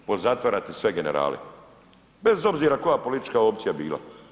Pozatvarati sve generale, bez obzira koja politička opcija bila.